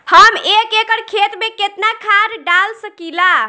हम एक एकड़ खेत में केतना खाद डाल सकिला?